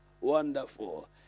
wonderful